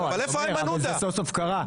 אבל זה סוף סוף קרה.